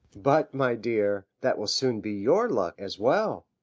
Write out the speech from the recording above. but, my dear, that will soon be your luck, as well.